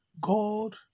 God